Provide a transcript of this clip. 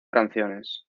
canciones